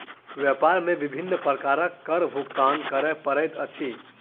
व्यापार मे विभिन्न प्रकारक कर भुगतान करय पड़ैत अछि